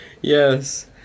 yes